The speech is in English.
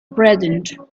present